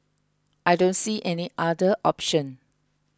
I don't see any other option